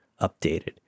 updated